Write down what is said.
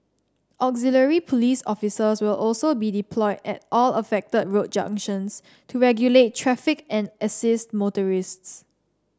auxiliary police officers will also be deployed at all affected road junctions to regulate traffic and assist motorists